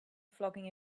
flogging